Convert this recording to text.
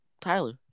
Tyler